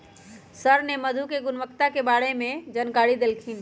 sir ने मधु के गुणवत्ता के बारे में जानकारी देल खिन